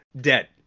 dead